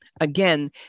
again